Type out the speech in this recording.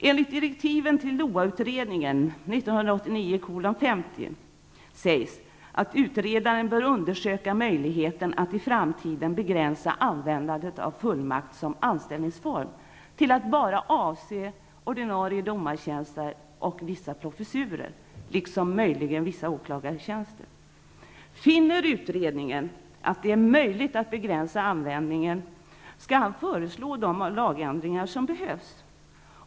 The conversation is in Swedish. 1989:50 s. 14) bör utredaren undersöka möjligheten att i framtiden begränsa användandet av fullmakt som anställningsform till att bara avse ordinarie domartjänster och vissa professurer, liksom möjlighen vissa åklagartjänster. Finner utredaren att det är möjligt att begränsa användandet skall han föreslå de lagändringar som behövs.